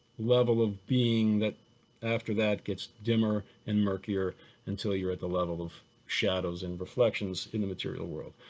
level of being that after that gets dimmer and murkier until you're at the level of shadows and reflections in the material world.